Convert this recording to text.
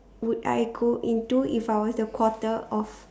would I go into if I was a quarter of